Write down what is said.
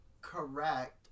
correct